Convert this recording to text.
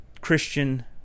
Christian